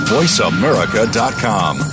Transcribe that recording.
VoiceAmerica.com